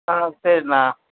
ஆ சரிண்ணா